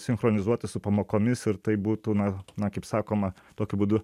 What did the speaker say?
sinchronizuoti su pamokomis ir tai būtų na na kaip sakoma tokiu būdu